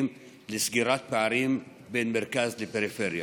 לסגירת פערים בין מרכז לפריפריה.